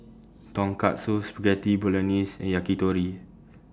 Tonkatsu Spaghetti Bolognese and Yakitori